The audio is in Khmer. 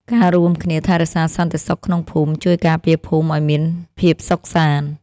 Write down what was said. ការរួមគ្នាថែរក្សាសន្តិសុខក្នុងភូមិ ជួយការពារភូមិឲ្យមានភាពសុខសាន្ដ។